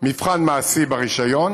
מבחן מעשי לרישיון